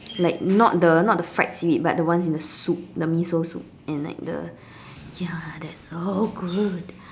like not the not the fried seaweed but the ones in the soup the miso soup and like the ya that's so good